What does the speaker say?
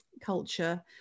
culture